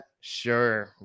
Sure